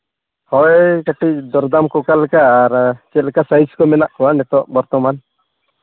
ᱦᱳᱭ ᱠᱟᱹᱴᱤᱡ ᱫᱚᱨᱫᱟᱢ ᱠᱚ ᱚᱠᱟ ᱞᱮᱠᱟ ᱟᱨ ᱪᱮᱫ ᱞᱮᱠᱟ ᱥᱟᱭᱤᱡᱽ ᱠᱚ ᱢᱮᱱᱟᱜ ᱠᱚᱣᱟ ᱱᱤᱛᱚᱜ ᱵᱚᱨᱛᱚᱢᱟᱱ